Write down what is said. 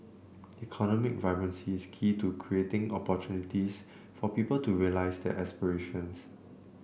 economic vibrancy is key to creating opportunities for people to realise their aspirations